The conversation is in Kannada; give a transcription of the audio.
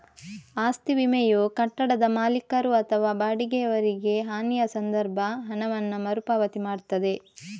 ಆಸ್ತಿ ವಿಮೆಯು ಕಟ್ಟಡದ ಮಾಲೀಕರು ಅಥವಾ ಬಾಡಿಗೆಯವರಿಗೆ ಹಾನಿಯ ಸಂದರ್ಭ ಹಣವನ್ನ ಮರು ಪಾವತಿ ಮಾಡ್ತದೆ